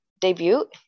debut